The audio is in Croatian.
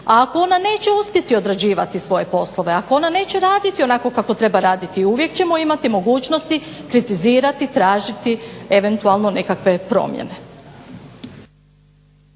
A ako ona neće uspjeti odrađivati svoje poslove, ako ona neće raditi onako kako treba raditi uvijek ćemo imati mogućnosti kritizirati, tražiti eventualno nekakve promjene.